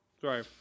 Sorry